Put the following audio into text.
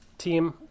team